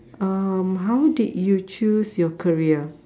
um how did you choose your career